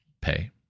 pay